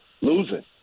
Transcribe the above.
losing